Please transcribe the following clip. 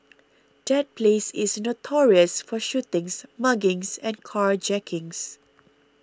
that place is notorious for shootings muggings and carjackings